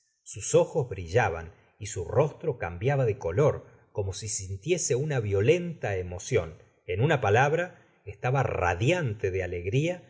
sus ojos brillaban y su rostro cambiaba de color como si sintiese una violenta emocion en una palabra estaba radiante de alegria